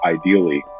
ideally